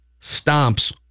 stomps